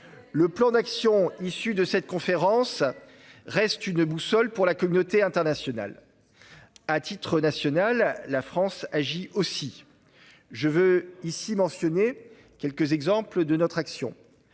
Le plan d'action issu de cette conférence reste une boussole pour la communauté internationale. De plus, la France agit aussi par elle-même. Je veux ici mentionner quelques exemples de notre action.